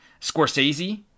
Scorsese